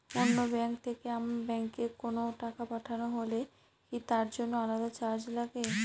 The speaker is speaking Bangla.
অন্য ব্যাংক থেকে আমার ব্যাংকে কোনো টাকা পাঠানো হলে কি তার জন্য আলাদা চার্জ লাগে?